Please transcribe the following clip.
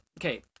Okay